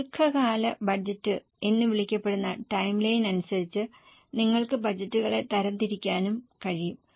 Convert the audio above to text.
ദീർഘകാല ബജറ്റ് എന്ന് വിളിക്കപ്പെടുന്ന ടൈംലൈൻ അനുസരിച്ച് നിങ്ങൾക്ക് ബജറ്റുകളെ തരംതിരിക്കാനും കഴിയും